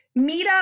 meetup